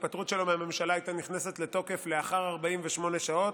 ההתפטרות שלו מהממשלה הייתה נכנסת לתוקף לאחר 48 שעות,